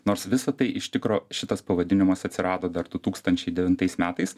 nors visa tai iš tikro šitas pavadinimas atsirado dar du tūkstančiai devintais metais